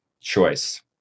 choice